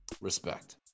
Respect